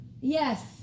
yes